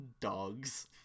Dogs